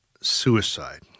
suicide